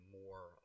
more